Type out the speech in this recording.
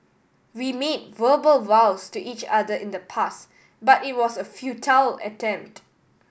we made verbal vows to each other in the past but it was a futile attempt